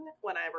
whenever